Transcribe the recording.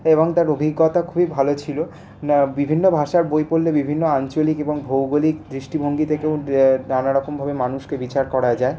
এবং তার অভিজ্ঞতা খুবই ভালো ছিলো বিভিন্ন ভাষার বই পড়লে বিভিন্ন আঞ্চলিক এবং ভৌগোলিক দৃষ্টিভঙ্গি থেকেও নানারকমভাবে মানুষকে বিচার করা যায়